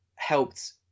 helped